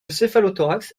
céphalothorax